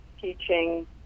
teaching